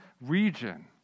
region